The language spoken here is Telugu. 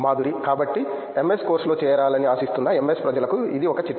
మాధురి కాబట్టి ఎంఎస్ కోర్సులో చేరాలని ఆశిస్తున్న ఎంఎస్ ప్రజలకు ఇది ఒక చిట్కా